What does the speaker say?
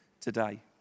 today